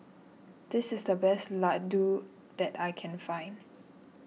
this is the best Laddu that I can find